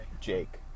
Jake